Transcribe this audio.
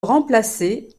remplacé